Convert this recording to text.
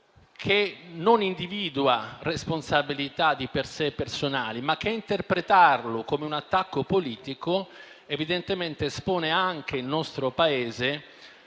che non individua responsabilità personali, ma che interpretare come un attacco politico evidentemente espone anche il nostro Paese